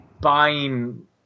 buying